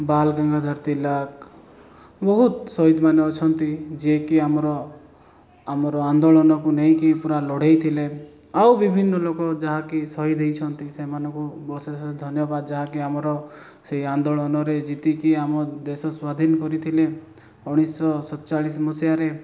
ବାଲ ଗଙ୍ଗାଧର ତିଲକ ବହୁତ ଶହୀଦ୍ମାନେ ଅଛନ୍ତି ଯିଏକି ଆମର ଆମର ଆନ୍ଦୋଳନକୁ ନେଇକି ପୁରା ଲଢ଼େଇ ଥିଲେ ଆଉ ବିଭିନ୍ନ ଲୋକ ଯାହାକି ଶହୀଦ୍ ହୋଇଛନ୍ତି ସେମାନଙ୍କୁ ଅଶେଷ ଅଶେଷ ଧନ୍ୟବାଦ ଯାହାକି ଆମର ସେଇ ଆନ୍ଦୋଳନରେ ଜିତିକି ଆମ ଦେଶ ସ୍ଵାଧୀନ କରିଥିଲେ ଉଣେଇଶି ଶହ ଷଡ଼ଚାଳିଶି ମସିହାରେ